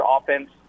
offense